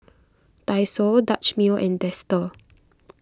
Daiso Dutch Mill and Dester